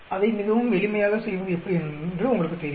அதை மிகவும் எளிமையாக செய்வது எப்படி என்று உங்களுக்குத் தெரியும்